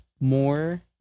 more